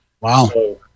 wow